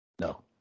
No